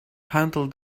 handle